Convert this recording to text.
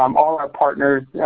um all our partners, yeah